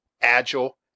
agile